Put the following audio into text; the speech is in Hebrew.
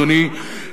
אדוני,